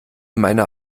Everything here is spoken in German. meiner